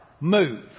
Move